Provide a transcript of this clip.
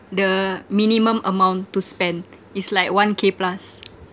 the minimum amount to spend is like one k plus